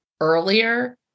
earlier